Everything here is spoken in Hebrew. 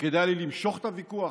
שכדאי לי למשוך את הוויכוח,